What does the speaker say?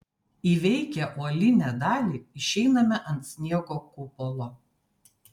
įveikę uolinę dalį išeiname ant sniego kupolo